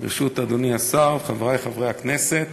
חברי הכנסת,